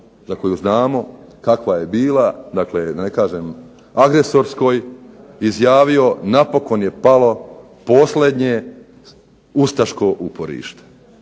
za koju znamo kakva je bila, dakle da ne kažem agresorskoj, izjavio napokon je palo posljednje ustaško uporište.